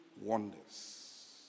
wonders